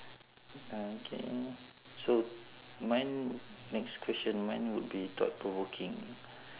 okay so mine next question mine would be thought provoking